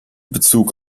bezug